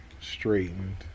straightened